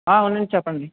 అవునండి చెప్పండి